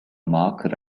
mark